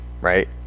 Right